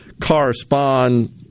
correspond